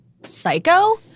psycho